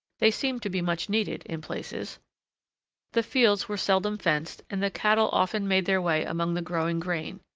they seemed to be much needed in places the fields were seldom fenced, and the cattle often made their way among the growing grain.